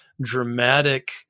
dramatic